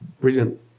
brilliant